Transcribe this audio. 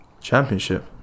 Championship